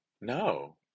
no